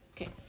okay